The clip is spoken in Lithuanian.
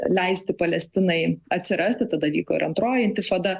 leisti palestinai atsirasti tada vyko ir antroji intifada